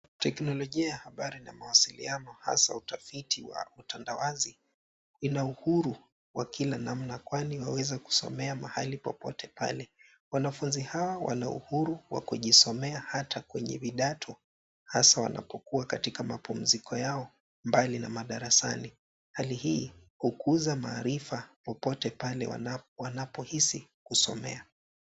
Teknolojia ya habari na mawasiliano, hasaa utafiti wa utandawazi, ina uhuru wa kila namna kwani waweza kusomea mahali popote pale. Wanafunzi hao wana uhuru wa kujisomea hata kwenye vidato, hasaa wanapokuwa katika mapumziko yao, mbali na madarasani. Hali hii hukuza maarifa, popote pale wanapohisi kusomea.